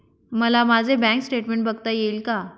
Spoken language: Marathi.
मला माझे बँक स्टेटमेन्ट बघता येईल का?